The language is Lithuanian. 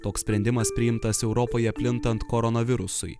toks sprendimas priimtas europoje plintant koronavirusui